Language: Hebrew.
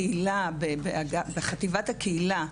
בחטיבת הקהילה,